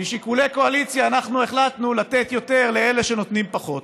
משיקולי קואליציה אנחנו החלטנו לתת יותר לאלה שנותנים פחות,